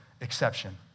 exception